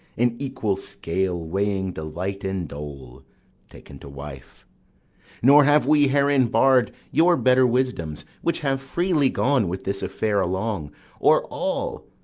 in equal scale weighing delight and dole taken to wife nor have we herein barr'd your better wisdoms, which have freely gone with this affair along or all,